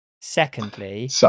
Secondly